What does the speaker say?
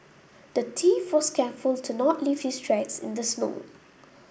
the thief was careful to not leave his tracks in the snow